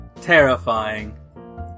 terrifying